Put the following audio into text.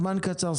הזמן קצר.